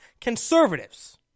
conservatives